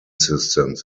systems